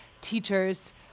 teachers